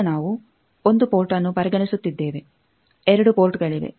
ಈಗ ನಾವು 1 ಪೋರ್ಟ್ಅನ್ನು ಪರಿಗಣಿಸುತ್ತಿದ್ದೇವೆ 2 ಪೋರ್ಟ್ಗಳಿವೆ